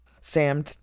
sam